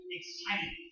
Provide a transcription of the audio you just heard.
excited